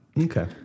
okay